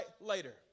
later